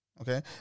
Okay